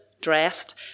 dressed